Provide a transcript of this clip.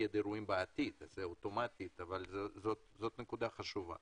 אירועים בעתיד אוטומטית, אבל זו נקודה חשובה.